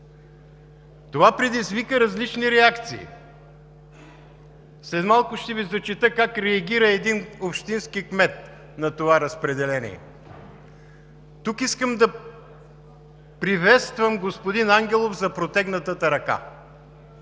Това предизвика различни реакции. След малко ще Ви зачета как реагира един общински кмет на това разпределение. Тук искам да приветствам господин Ангелов за протегнатата ръка,